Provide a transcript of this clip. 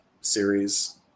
series